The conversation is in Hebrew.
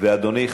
ואדוני,